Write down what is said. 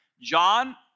John